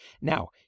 Now